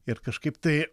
ir kažkaip tai